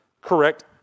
correct